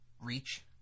reach